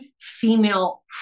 female